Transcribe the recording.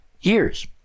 years